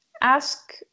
ask